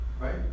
Right